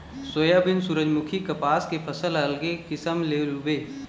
soybean, सूरजमूखी, कपसा के फसल ल अलगे किसम ले लूबे